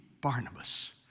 Barnabas